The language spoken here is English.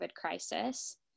crisis